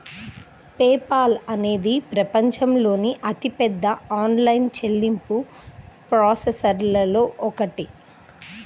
pay Paul అనేది ప్రపంచంలోని అతిపెద్ద ఆన్లైన్ చెల్లింపు ప్రాసెసర్లలో ఒకటి